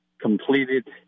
completed